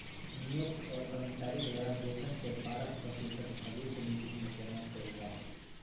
नियोक्त और कर्मचारी द्वारा वेतन के बारह प्रतिशत भविष्य निधि में जमा कइल जा हइ